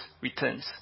returns